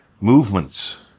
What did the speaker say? movements